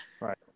Right